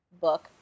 book